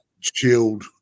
chilled